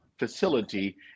facility